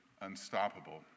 unstoppable